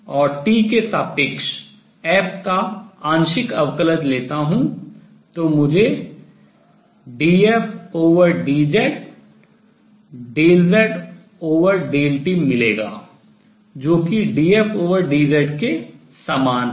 और t के सापेक्ष f का आंशिक अवकलज लेता हूँ तो मुझे dfdz∂z∂t मिलेगा जो कि dfdz के समान है